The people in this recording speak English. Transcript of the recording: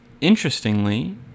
Interestingly